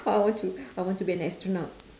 I want to I want to be an astronaut